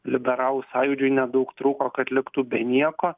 liberalų sąjūdžiui nedaug trūko kad liktų be nieko